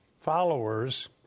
followers